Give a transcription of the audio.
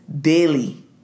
daily